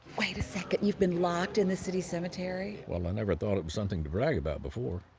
wait a second, you've been locked in the city cemetery? well, i never thought it was something to brag about before.